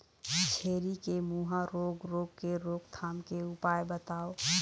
छेरी के मुहा रोग रोग के रोकथाम के उपाय बताव?